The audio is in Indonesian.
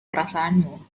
perasaanmu